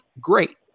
great